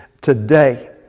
today